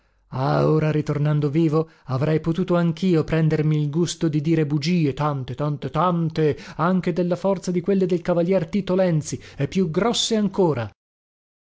ah ora ritornando vivo avrei potuto anchio prendermi il gusto di dire bugie tante tante tante anche della forza di quelle del cavalier tito lenzi e più grosse ancora